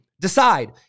decide